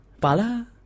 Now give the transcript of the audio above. Pala